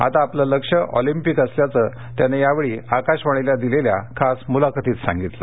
आता आपलं लक्ष्य ऑलिंपिक असल्याचं त्यानं यावेळी आकाशवाणीला दिलेल्या खास मुलाखतीत सांगितलं